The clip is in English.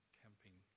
camping